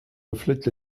reflète